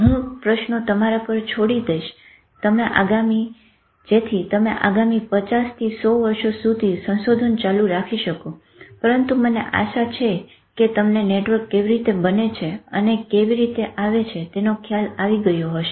હું પ્રશ્નો તમારા પર છોડી દઈશ જેથી તમે આગામી 50 100 વર્ષો સુધી સંસોધન ચાલુ રાખી શકો પરંતુ મને આશા છે કે તમને નેટવર્ક કેવી રીતે બંને છે અને કેવી રીતે આવે છે તેનો ખ્યાલ આવી ગયો હશે